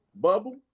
bubble